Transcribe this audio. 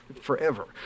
forever